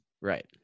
Right